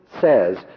says